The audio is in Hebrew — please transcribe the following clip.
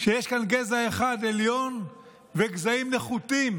שיש כאן גזע אחד עליון וגזעים נחותים,